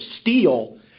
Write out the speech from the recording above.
steel